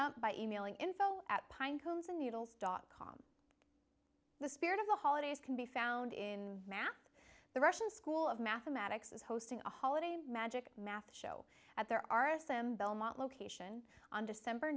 up by e mailing info at pine cones and needles dot com the spirit of the holidays can be found in math the russian school of mathematics is hosting a holiday magic math show that there are assemble my location on december